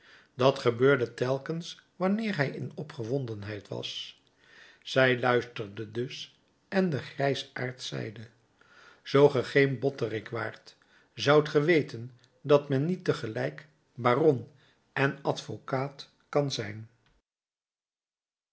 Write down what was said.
dat gebeurde telkens wanneer hij in opgewondenheid was zij luisterde dus en de grijsaard zeide zoo ge geen botterik waart zoudt ge weten dat men niet tegelijk baron en advocaat kan zijn